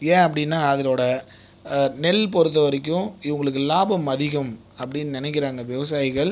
ஏன் அப்படின்னா அதனோடய நெல் பொறுத்த வரைக்கும் இவங்களுக்கு லாபம் அதிகம் அப்படின்னு நினைக்கிறாங்க விவசாயிகள்